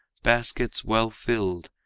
baskets well filled,